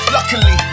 Luckily